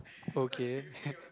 okay